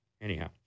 Anyhow